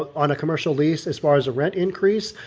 on a commercial lease as far as a rent increase,